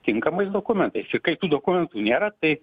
tinkamais dokumentais ir kaip tų dokumentų nėra tai